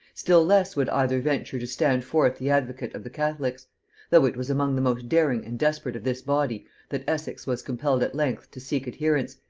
still less would either venture to stand forth the advocate of the catholics though it was among the most daring and desperate of this body that essex was compelled at length to seek adherents,